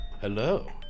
Hello